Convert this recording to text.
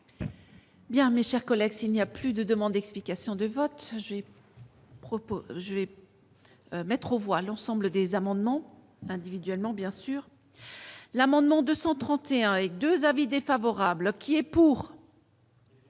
Bien, mes chers collègues, il n'y a plus de demande explication de vote j'ai. Propos je vais mettre aux voix l'ensemble des amendements individuellement bien sûr. L'amendement 231 et 2 avis défavorables qui est pour.